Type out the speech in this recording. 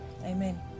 amen